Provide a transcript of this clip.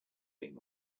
being